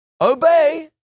obey